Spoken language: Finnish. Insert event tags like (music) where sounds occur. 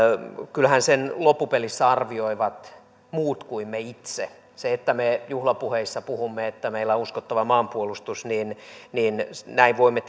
loppupelissä arvioivat muut kuin me itse kun me juhlapuheissa puhumme että meillä on uskottava maanpuolustus niin niin näin voimme (unintelligible)